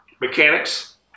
Mechanics